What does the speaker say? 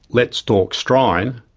let stalk strine,